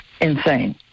insane